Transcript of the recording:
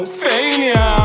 failure